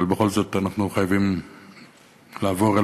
אבל בכל זאת אנחנו חייבים לעבור אל